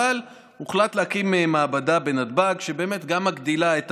הוחלט להקים מעבדה בנתב"ג שגם מגדילה את